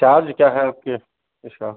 charge क्या है आपके इस का